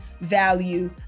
value